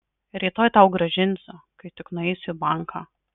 rytoj tau grąžinsiu kai tik nueisiu į banką